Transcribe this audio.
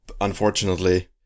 Unfortunately